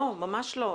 ממש לא.